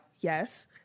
yes